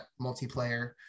multiplayer